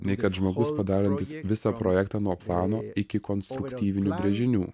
nei kad žmogus padarantis visą projektą nuo plano iki konstruktyvinių brėžinių